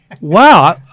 Wow